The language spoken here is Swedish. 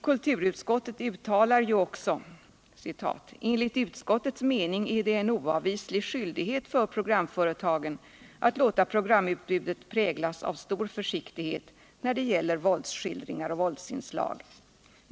Kulturutskottet uttalar också: ”Enligt utskottets mening är det en oavvislig skyldighet för programföretagen att låta programutbudet präglas av stor försiktighet när det gäller våldsskildringar och våldsinslag.